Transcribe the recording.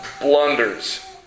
blunders